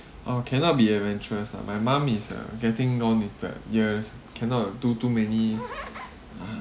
uh cannot be adventurous lah my mum is uh getting known with her years cannot do too many